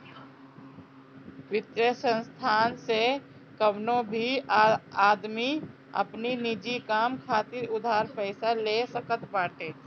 वित्तीय संस्थान से कवनो भी आदमी अपनी निजी काम खातिर उधार पईसा ले सकत बाटे